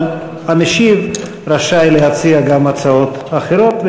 אבל המשיב רשאי להציע גם הצעות אחרות,